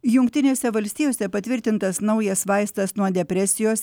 jungtinėse valstijose patvirtintas naujas vaistas nuo depresijos